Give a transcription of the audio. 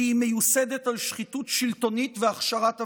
כי היא מיוסדת על שחיתות שלטונית והכשרת עבריינים.